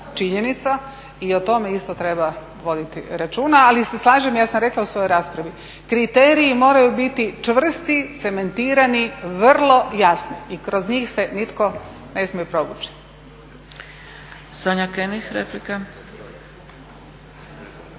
i o tome isto treba voditi računa. Ali se slažem, ja sam rekla u svojoj raspravi, kriteriji moraju biti čvrsti, cementirani, vrlo jasni i kroz njih se nitko ne smije provući. **Zgrebec, Dragica